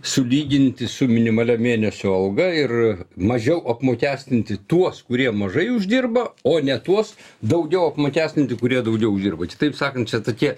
sulyginti su minimalia mėnesio alga ir mažiau apmokestinti tuos kurie mažai uždirba o ne tuos daugiau apmokestinti kurie daugiau uždirba kitaip sakant čia tokie